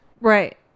right